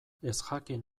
ezjakin